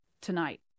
tonight